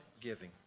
giving